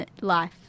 life